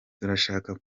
turashaka